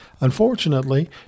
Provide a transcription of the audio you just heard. Unfortunately